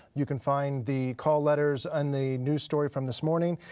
you can find the call letters and the news story from this morning.